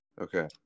Okay